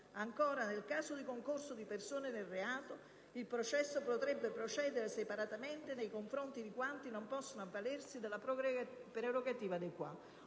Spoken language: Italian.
Ancora, nel caso di concorso di persone nel reato, il processo potrebbe procedere separatamente nei confronti di quanti non possono avvalersi della prerogativa *de qua*.